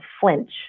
flinch